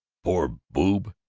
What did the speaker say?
poor boob!